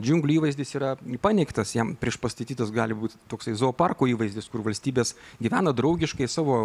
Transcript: džiunglių įvaizdis yra paneigtas jam priešpastatytas gali būti toksai zooparko įvaizdis kur valstybės gyvena draugiškai savo